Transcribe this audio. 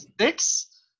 six